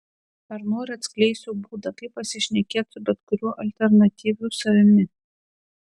ar nori atskleisiu būdą kaip pasišnekėti su bet kuriuo alternatyviu savimi